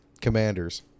Commanders